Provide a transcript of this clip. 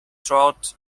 throughout